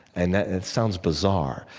and that sounds bizarre.